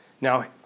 Now